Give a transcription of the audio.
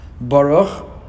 Baruch